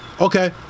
Okay